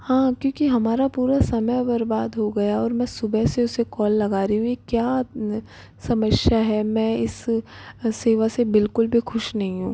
हाँ क्योंकि हमारा पूरा समय बर्बाद हो गया और मैं सुबह से उसे कॉल लगा रही हूँ यह क्या समस्या है मैं इस सेवा से बिल्कुल भी खुश नहीं हूँ